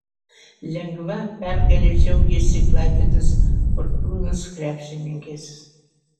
lengva pergale džiaugėsi klaipėdos fortūnos krepšininkės